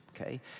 okay